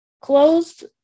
Closed